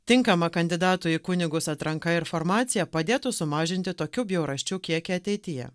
tinkamą kandidatų į kunigus atranka ir formacija padėtų sumažinti tokių bjaurasčių kiekį ateityje